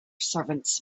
servants